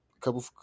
couple